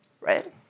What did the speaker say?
right